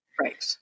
Right